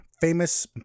famous